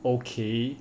okay